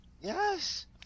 yes